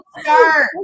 start